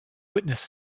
witness